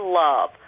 love